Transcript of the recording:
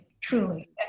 truly